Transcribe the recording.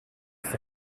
for